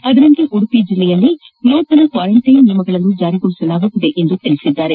ಅದರಂತೆ ಉಡುಪಿ ಜಿಲ್ಲೆಯಲ್ಲಿ ನೂತನ ಕ್ವಾರಂಟೈನ್ ನಿಯಮಗಳನ್ನು ಜಾರಿಗೊಳಿಸಲಾಗುತ್ತಿದೆ ಎಂದು ತಿಳಿಸಿದ್ದಾರೆ